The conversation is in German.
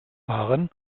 fahren